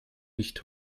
nicht